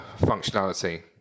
functionality